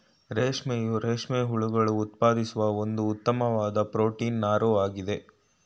ರೇಷ್ಮೆಯು ರೇಷ್ಮೆ ಹುಳುಗಳು ಉತ್ಪಾದಿಸುವ ಒಂದು ಉತ್ತಮ್ವಾದ್ ಪ್ರೊಟೀನ್ ನಾರಾಗಯ್ತೆ